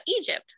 Egypt